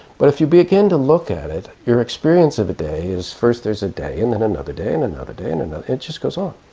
but if you begin to look at it, your experience of a day is first there's a day and and another day and another day, and it just goes on.